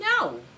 No